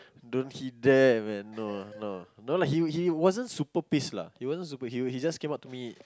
don't hit there man no no no lah he he wasn't super paste lah he wasn't super hero he just came up to me